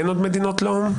אין עוד מדינות לאום?